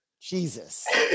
Jesus